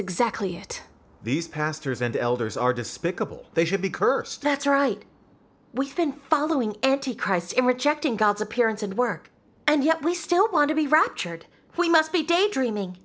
exactly it these pastors and elders are despicable they should be cursed that's right we've been following anti christ and rejecting god's appearance and work and yet we still want to be raptured we must be daydreaming